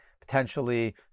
potentially